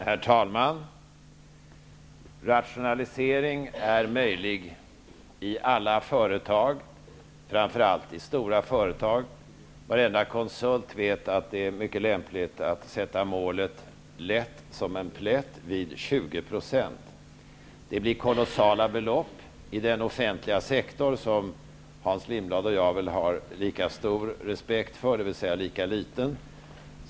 Herr talman! Rationalisering är möjlig i alla företag, framför allt i stora företag. Varenda konsult vet att det är mycket lämpligt att sätta målet ''lätt som en plätt'' vid 20 %. Det blir kolossala belopp i den offentliga sektor som Hans Lindblad och jag väl har lika stor -- dvs. lika liten -- respekt för.